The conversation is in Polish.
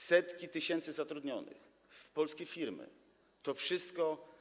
Setki tysięcy zatrudnionych w polskich firmach, to wszystko.